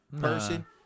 person